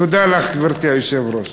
תודה לך, גברתי היושבת-ראש.